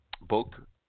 book